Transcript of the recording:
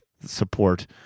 support